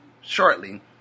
shortly